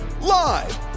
live